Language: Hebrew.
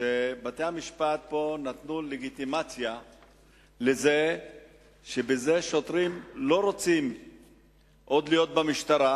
שבתי-המשפט פה נתנו לגיטימציה לזה ששוטרים לא רוצים עוד להיות במשטרה